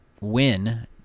win